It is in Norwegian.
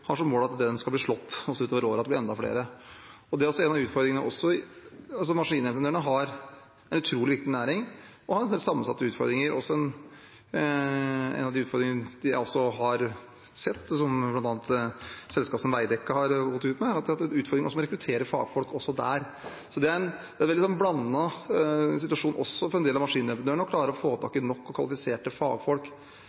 har som mål at den rekorden skal bli slått, at det blir enda flere. Det er også en av utfordringene. Maskinentreprenørene er en utrolig viktig næring og har en del sammensatte utfordringer. En av utfordringene de også har sett, og som bl.a. selskap som Veidekke har gått ut med, er utfordringen med å rekruttere fagfolk. Det er en veldig blandet situasjon også for en del av maskinentreprenørene å klare å få tak